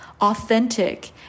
authentic